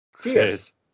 Cheers